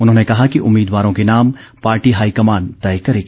उन्होंने कहा कि उम्मीदवारों के नाम पार्टी हाईकमान तय करेगी